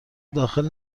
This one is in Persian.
داخل